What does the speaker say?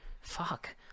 Fuck